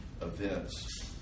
events